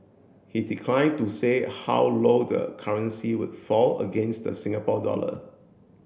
he declined to say how low the currency would fall against the Singapore dollar